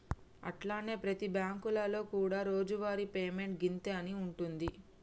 అట్లనే ప్రతి బ్యాంకులలో కూడా రోజువారి పేమెంట్ గింతే అని ఉంటుంది